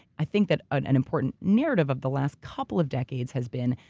i think that an an important narrative of the last couple of decades has been,